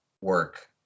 work